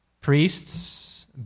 priests